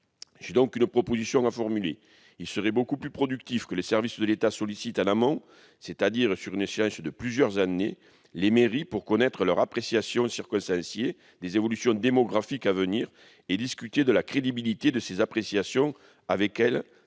J'ai donc une proposition à formuler. Il serait beaucoup plus productif que les services de l'État sollicitent les mairies en amont, c'est-à-dire sur une échéance de plusieurs années, pour connaître leur appréciation, circonstanciée, des évolutions démographiques à venir et discuter de la crédibilité de cette appréciation avec elles